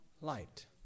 light